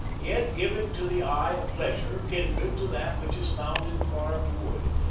yet giving to the eye a pleasure kindred to that which is found in carved wood,